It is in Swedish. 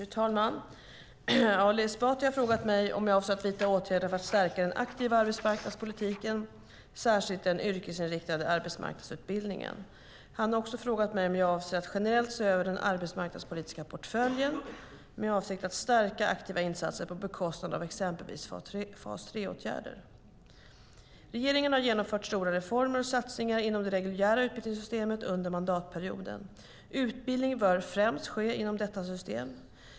Fru talman! Ali Esbati har frågat mig om jag avser att vidta åtgärder för att stärka den aktiva arbetsmarknadspolitiken, särskilt den yrkesinriktade arbetsmarknadsutbildningen. Han har också frågat mig om jag avser att generellt se över den arbetsmarknadspolitiska portföljen med avsikt att stärka aktiva insatser på bekostnad av exempelvis fas 3-åtgärder. Regeringen har genomfört stora reformer och satsningar inom det reguljära utbildningssystemet under mandatperioden. Utbildning bör främst ske inom detta system.